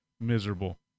miserable